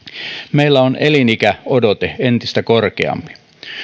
meillä on eliniänodote entistä korkeampi